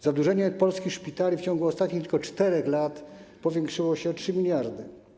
Zadłużenie polskich szpitali w ciągu ostatnich tylko 4 lat powiększyło się o 3 mld.